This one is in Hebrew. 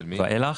ואילך.